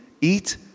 Eat